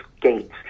Gates